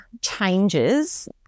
changes